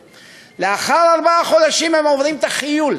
לאחר ארבעה חודשים הם עוברים חיול,